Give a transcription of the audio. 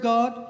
God